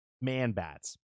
man-bats